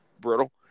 brittle